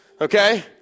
Okay